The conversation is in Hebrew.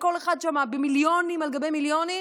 וכל אחד שם במיליונים על גבי מיליונים,